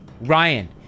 Ryan